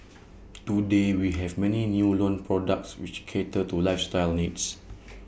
today we have many new loan products which cater to lifestyle needs